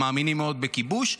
הם מאמינים מאוד בכיבוש,